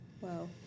Wow